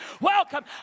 Welcome